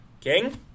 King